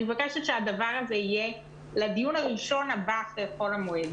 אני מבקשת שבדיון הראשון אחרי חול המועד,